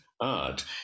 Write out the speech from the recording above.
art